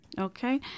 Okay